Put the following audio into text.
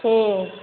फेर